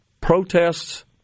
Protests